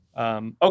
okay